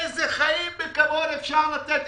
איזה חיים בכבוד אפשר לתת?